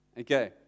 Okay